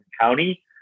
County